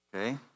Okay